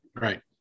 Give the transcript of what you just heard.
Right